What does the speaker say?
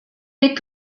est